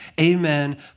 Amen